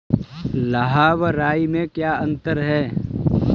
लाह व राई में क्या अंतर है?